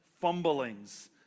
fumblings